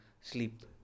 sleep